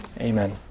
Amen